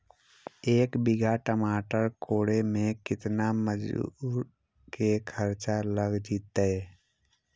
एक बिघा टमाटर कोड़े मे केतना मजुर के खर्चा लग जितै?